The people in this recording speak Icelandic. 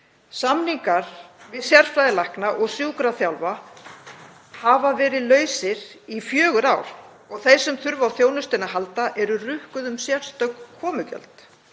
Samningar við sérfræðilækna og sjúkraþjálfara hafa verið lausir í fjögur ár og þau sem þurfa á þjónustunni að halda eru rukkuð um sérstök komugjöld.